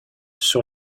sur